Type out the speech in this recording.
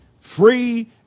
free